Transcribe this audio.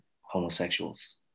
homosexuals